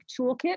toolkit